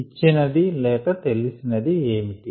ఇచ్చినది లేక తెలిసినది ఏమిటి